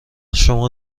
شما